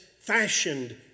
fashioned